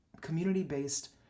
community-based